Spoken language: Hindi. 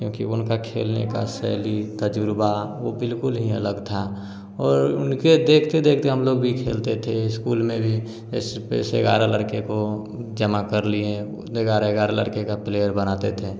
क्योंकि उनके खेलने की शैली तजुर्बा वह बिल्कुल ही अलग था और उनके देखते देखते हम लोग भी खेलते थे स्कूल में भी ऐस पेस ग्यारह लड़के को जमा कर लिए ग्यारह ग्यारह का प्लेयर बनाते थे